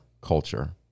culture